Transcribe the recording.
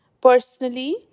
Personally